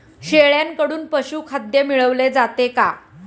शेळ्यांकडून पशुखाद्य मिळवले जाते का?